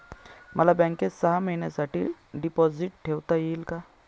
मला बँकेत सहा महिन्यांसाठी डिपॉझिट ठेवता येईल का?